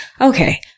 Okay